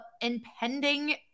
impending